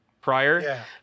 prior